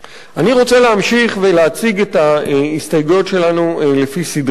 אני רוצה להמשיך ולהציג את ההסתייגויות שלנו לפי סדרן.